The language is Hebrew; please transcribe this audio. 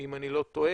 אם אני לא טועה.